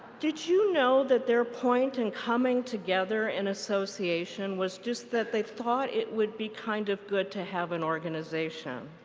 did you know that their point in coming together in association was just that they thought it would be kind of good to have an organization?